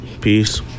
Peace